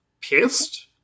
pissed